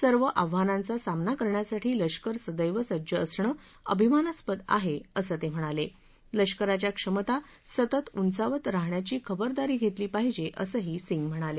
सर्व आह्वानांचा सामना करण्यासाठी लष्कर संदैव सज्ज असणं अभिमानास्पद आहे असं सांगून लष्कराच्या क्षमता सतत उंचावत राहण्याची खबरदारी घेतली जाईल असंही सिंग म्हणाले